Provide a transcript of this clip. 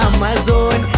Amazon